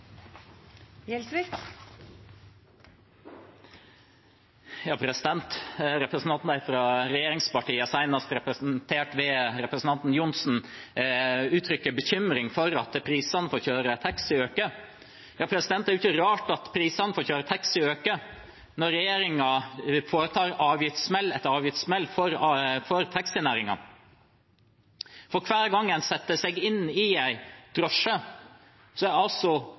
representert ved representanten Johnsen, uttrykker bekymring for at prisen for å kjøre taxi øker. Det er ikke rart at prisen for å kjøre taxi øker når regjeringen foretar avgiftssmell etter avgiftssmell for taxinæringen. For hver gang man setter seg inn i en drosje,